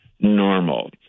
normal